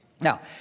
Now